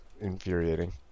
infuriating